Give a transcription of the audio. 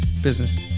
Business